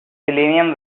selenium